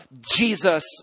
Jesus